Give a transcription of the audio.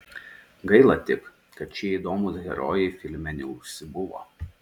gaila tik kad šie įdomūs herojai filme neužsibuvo